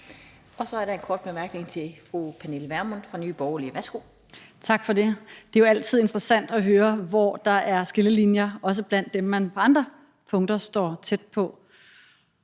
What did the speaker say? Så er der en kort bemærkning til fru Pernille Vermund fra Nye Borgerlige. Værsgo. Kl. 17:21 Pernille Vermund (NB): Tak for det. Det er jo altid interessant at høre, hvor der er skillelinjer, også blandt dem, man på andre punkter står tæt på.